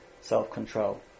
self-control